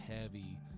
heavy